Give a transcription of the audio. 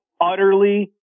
utterly